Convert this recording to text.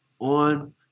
on